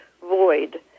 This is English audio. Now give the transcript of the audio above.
void